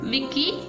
Vicky